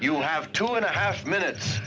you have two and a half minutes